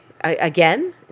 Again